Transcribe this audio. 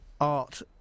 art